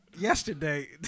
yesterday